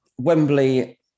Wembley